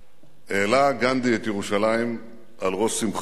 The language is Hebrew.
העלה גנדי את ירושלים על ראש שמחתו.